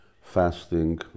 Fasting